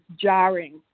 jarring